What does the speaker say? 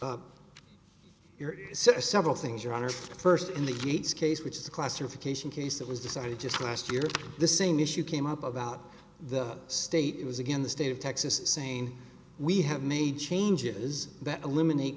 so several things your honor the first in the gates case which is the classification case that was decided just last year the same issue came up about the state it was again the state of texas saying we have made changes that eliminate